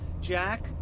Jack